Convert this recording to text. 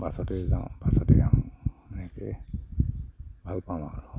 বাছতেই যাওঁ বাছতেই আহোঁ এনেকেই ভালপাওঁ আৰু